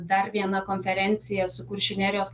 dar viena konferencija su kuršių nerijos